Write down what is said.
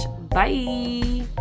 Bye